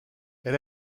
elle